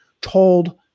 told